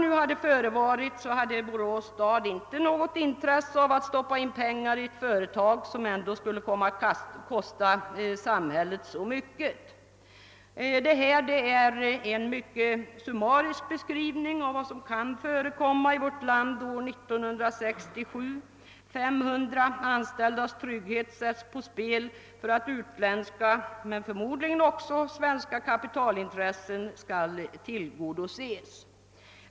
Efter vad som förevarit hade Borås stad inte längre något intresse av att stoppa in pengar i ett företag, som ändå skulle kosta samhället så mycket. Detta är en summarisk beskrivning av vad som kan förekomma i vårt land år 1967. 500 anställdas trygghet sätts på spel för att utländska — och förmodligen också svenska — kapitalintressen skall tillgodoses.